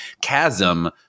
chasm